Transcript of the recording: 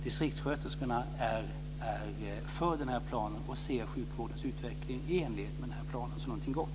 Distriktssköterskorna är för den här planen och ser sjukvårdens utveckling i enlighet med planen som någonting gott.